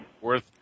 worth